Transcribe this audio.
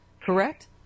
correct